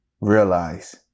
realize